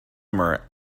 summer